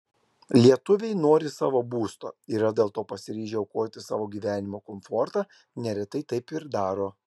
lietuviai nori savo būsto yra dėl to pasiryžę aukoti savo gyvenimo komfortą neretai taip ir daro